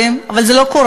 חלמתם, אבל זה לא קורה.